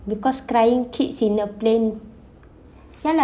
because crying kids in a plane ya lah